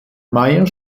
meyer